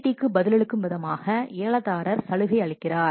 டிக்கு பதிலளிக்கும் விதமாக ஏலதாரர் சலுகை அளிக்கிறார்